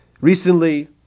recently